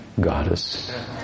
goddess